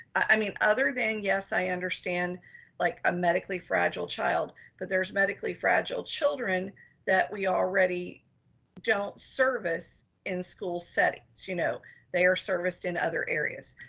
i mean, other than, yes, i understand like a medically fragile child, but there's medically fragile children that we already don't service in school settings. you know they are serviced in other areas.